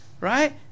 right